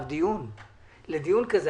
שהממשלה לא יודעת להסתדר ולעשות את זה.